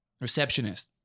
Receptionist